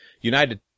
united